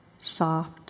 soft